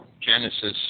Genesis